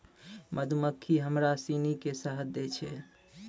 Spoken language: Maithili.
मधुमक्खी हमरा सिनी के शहद दै छै